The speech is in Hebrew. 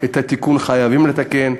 את התיקון חייבים לתקן,